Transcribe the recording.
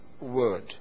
Word